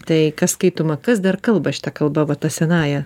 tai kas skaitoma kas dar kalba šita kalba va ta senąja